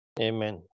Amen